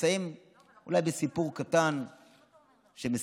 אסיים אולי בסיפור קטן שמסמל.